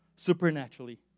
supernaturally